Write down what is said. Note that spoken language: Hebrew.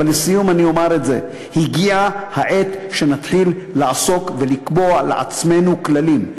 אבל לסיום אני אומר את זה: הגיעה העת שנתחיל לעסוק ולקבוע לעצמנו כללים.